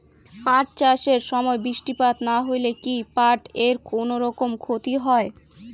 পাট চাষ এর সময় বৃষ্টিপাত না হইলে কি পাট এর কুনোরকম ক্ষতি হয়?